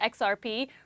XRP